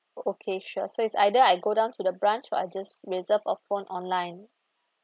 okay sure so is either I go down to the branch or I just reserve a phone online